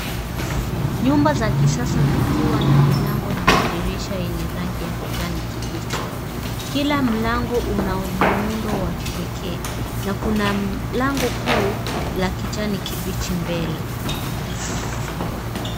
Nyumba za kisasa zikiwa na milango na madirisha yenye rangi ya kijani kibichi. Kila mlango unao muundo wa kipekee na kuna lango kuu la kijani kibichi mbele.